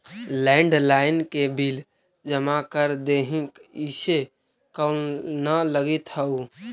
landline के bill जमा कर देहीं, इसे कॉल न लगित हउ